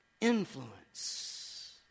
influence